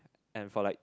and for like